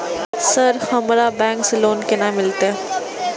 Sir हमरा bank से loan केना मिलते?